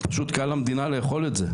וטיעונים נכונים, יותר קשה לזרוק אותך מהשולחן.